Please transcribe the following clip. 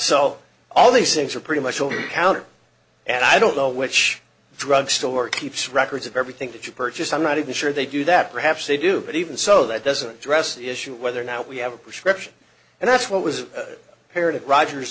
so all these things are pretty much over the counter and i don't know which drug store keeps records of everything that you purchase i'm not even sure they do that perhaps they do but even so that doesn't address the issue of whether now we have a prescription and that's what was heretic rogers